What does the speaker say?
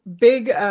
big